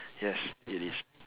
yes it is